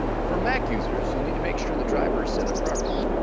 for mac users you will need to make sure the driver set up properly